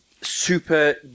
super